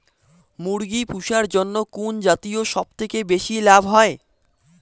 মুরগি পুষার জন্য কুন জাতীয় সবথেকে বেশি লাভ হয়?